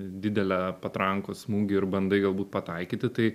didelę patrankos smūgį ir bandai galbūt pataikyti tai